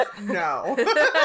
no